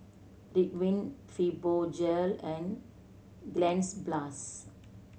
Ridwind Fibogel and Cleanz Plus